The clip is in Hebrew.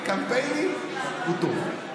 בקמפיינים הוא טוב.